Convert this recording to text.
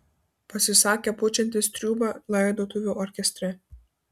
pasisakė pučiantis triūbą laidotuvių orkestre